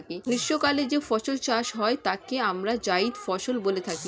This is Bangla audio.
গ্রীষ্মকালে যে ফসল চাষ হয় তাকে আমরা জায়িদ ফসল বলে থাকি